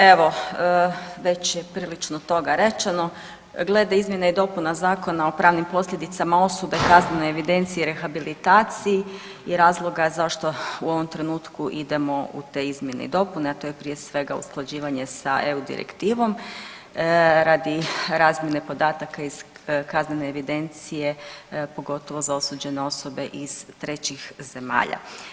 Evo već je prilično toga rečeno, glede izmjene i dopune Zakona o pravnim posljedicama osude, kaznenoj evidenciji i rehabilitaciji i razloga zašto u ovom trenutku idemo u te izmjene i dopune, a to je prije svega usklađivanje sa eu direktivom radi razmjene podataka iz kaznene evidencije, pogotovo za osuđene osobe iz trećih zemalja.